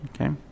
Okay